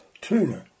tuna